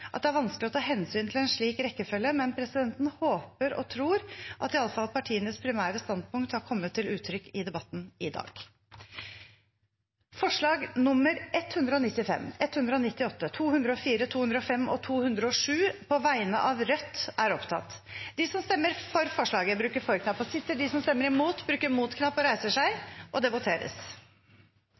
at det med det høye antallet forslag er vanskelig å ta hensyn til en slik rekkefølge, men presidenten håper og tror at i alle fall partienes primære standpunkter har kommet til uttrykk i debatten i dag. Det voteres over forslagene nr. 195, 198, 204, 205 og 207, fra Rødt. Forslag nr. 195 lyder: «I statsbudsjettet for